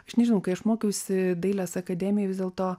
aš nežinau kai aš mokiausi dailės akademijoj vis dėlto